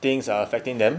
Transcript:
things are affecting them